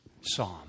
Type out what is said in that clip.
psalm